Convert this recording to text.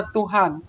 Tuhan